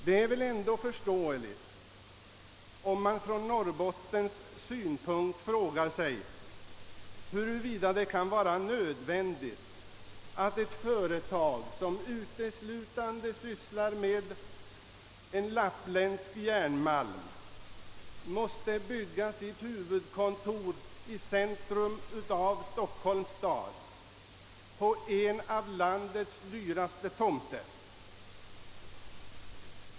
Det är väl ändå förståeligt om man i Norrbotten frågar sig huruvida det kan vara nödvändigt att ett företag som uteslutande sysslar med lappländsk järnmalm måste bygga sitt huvudkontor i centrum av Stockholms stad på en av landets dyraste tomter.